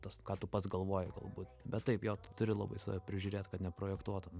tas ką tu pats galvoji galbūt bet taip jo tu turi labai save prižiūrėt kad neprojektuotum